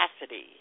capacity